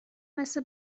مثل